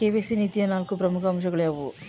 KYC ನೀತಿಯ ನಾಲ್ಕು ಪ್ರಮುಖ ಅಂಶಗಳು ಯಾವುವು?